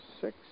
six